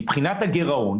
מבחינת הגירעון